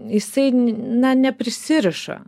jisai na neprisiriša